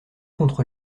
contre